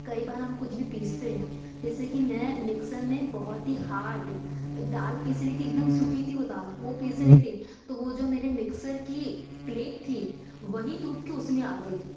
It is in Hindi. कई बार हम कुछ भी पिसते हैं जैसे कि मैं मिक्सर में बहुत ही हार्ड दाल पिस रही थी एकदम सूखी थी वह दाल वह पीस रही थी तो वह जो मेरे मिक्सर की प्लेट थी वही टूट कर उसमें आ गई